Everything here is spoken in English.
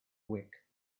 week